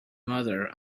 mother